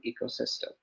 ecosystem